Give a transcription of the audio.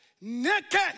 naked